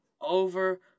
over